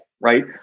right